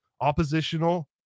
oppositional